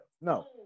no